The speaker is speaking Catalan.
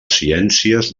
ciències